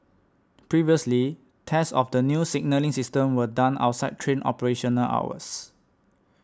previously tests of the new signalling system were done outside train operational hours